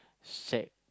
sec